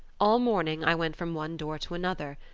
all morning i went from one door to another,